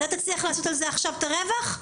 אתה תצליח לעשות על זה עכשיו את הרווח?